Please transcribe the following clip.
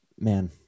man